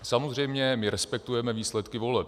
Samozřejmě respektujeme výsledky voleb.